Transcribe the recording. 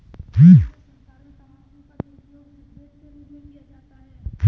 पूरे संसार में तम्बाकू का दुरूपयोग सिगरेट के रूप में किया जाता है